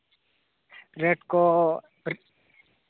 ᱜᱷᱮᱸᱴ ᱠᱚ